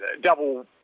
double